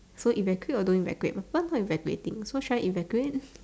so evacuate or not evacuate but some people are not evacuating so should I evacuate